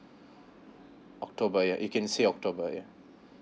october yeah you can say october yeah